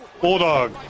Bulldog